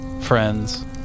Friends